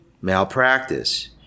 malpractice